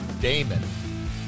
Damon